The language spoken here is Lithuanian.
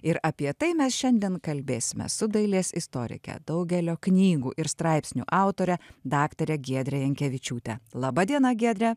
ir apie tai mes šiandien kalbėsime su dailės istorike daugelio knygų ir straipsnių autore daktare giedre jankevičiūte laba diena giedre